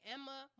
Emma